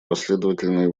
последовательные